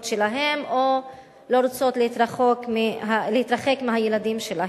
שלהן או לא רוצות להתרחק מהילדים שלהן.